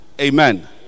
amen